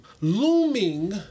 looming